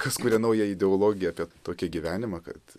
kas kuria naują ideologiją apie tokį gyvenimą kad